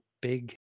big